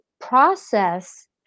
process